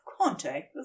contact